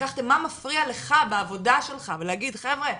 לקחתם מה מפריע לך בעבודה שלך ולהגיד חבר'ה,